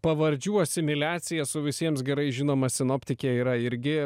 pavardžių asimiliacija su visiems gerai žinoma sinoptike yra irgi